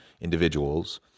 individuals